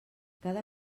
cada